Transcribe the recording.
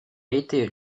été